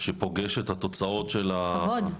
שפוגש את התוצאות -- כבוד,